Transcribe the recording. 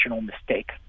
mistake